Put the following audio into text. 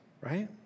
right